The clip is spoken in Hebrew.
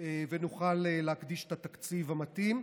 ונוכל להקדיש את התקציב המתאים.